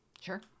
Sure